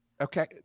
Okay